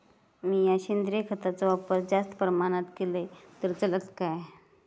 मीया सेंद्रिय खताचो वापर जास्त प्रमाणात केलय तर चलात काय?